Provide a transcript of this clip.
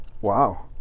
Wow